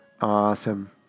Awesome